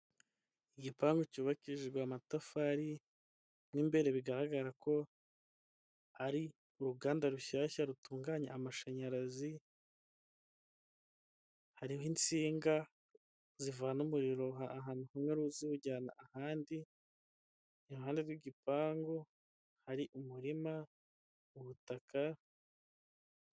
Igipangu cyubakishijwe amatafari n'imbere bigaragara ko ari uruganda rushyashya rutunganya amashanyarazi hariho insinga zivana umuriro ahantu hamwe ruwujyana ahandi iruhande rw'igipangu hari umurima ubutaka.